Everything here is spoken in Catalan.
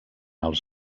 els